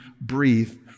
breathe